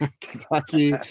Kentucky